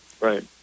right